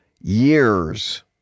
years